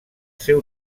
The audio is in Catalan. seu